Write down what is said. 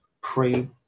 pray